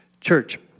Church